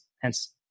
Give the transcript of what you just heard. Hence